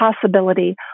possibility